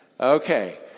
Okay